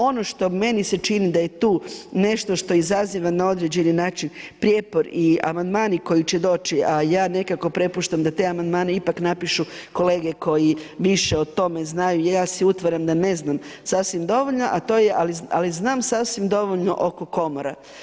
Ono što meni se čini da je tu nešto što izaziva na određeni način prijepor i amandmani koji će doći a ja nekako prepuštam da te amandmane ipak napišu kolege koji više o tome znaju, ja si utvaram da ne znam sasvim dovoljno ali znam sasvim dovoljno oko komora.